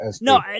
No